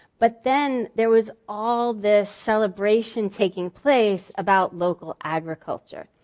but then there was all this celebration taking place about local agriculture.